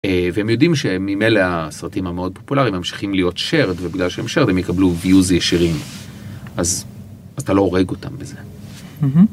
והם יודעים שהם ממילא הסרטים המאוד פופולריים ממשיכים להיות Shared, ובגלל שהם Shared הם יקבלו Views ישירים - אז אתה לא הורג אותם בזה.